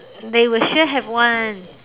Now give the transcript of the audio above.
they will sure have [one]